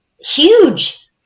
Huge